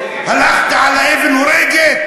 הלכת על אבן הורגת,